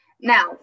Now